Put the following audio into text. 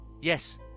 Yes